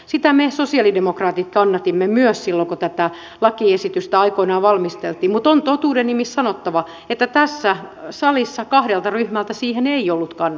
sitä me sosialidemokraatit kannatimme myös silloin kun tätä lakiesitystä aikoinaan valmisteltiin mutta on totuuden nimissä sanottava että tässä salissa kahdelta ryhmältä sille ei ollut kannatusta